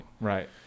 right